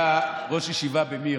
היה ראש ישיבה במיר.